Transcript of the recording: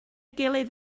gilydd